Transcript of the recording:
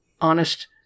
honest